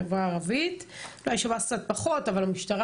בחברה הערבית משפיעה על כל המדינה.